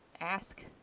ask